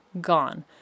gone